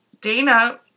Dana